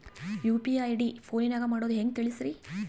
UPI I D ಫೋನಿನಾಗ ಮಾಡೋದು ಹೆಂಗ ತಿಳಿಸ್ರಿ?